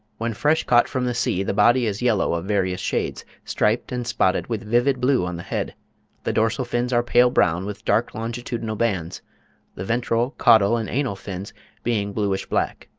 when fresh caught from the sea the body is yellow of various shades, striped and spotted with vivid blue on the head the dorsal fins are pale brown with dark longitudinal bands the ventral, caudal, and anal fins being bluish-black.